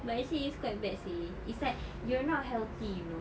but actually it's quite bad seh it's like you're not healthy you know